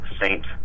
saint